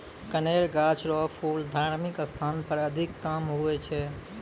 कनेर गाछ रो फूल धार्मिक स्थान पर अधिक काम हुवै छै